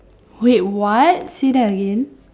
wait what say that again